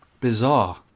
Bizarre